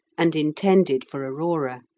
and intended for aurora.